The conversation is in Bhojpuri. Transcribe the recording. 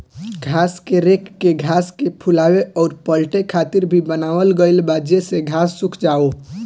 घास के रेक के घास के फुलावे अउर पलटे खातिर भी बनावल गईल बा जेसे घास सुख जाओ